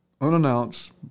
unannounced